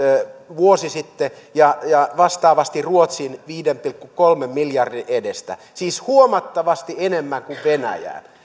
vuosi sitten ja ja vastaavasti ruotsiin viiden pilkku kolmen miljardin edestä siis huomattavasti enemmän kuin venäjälle